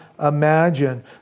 imagine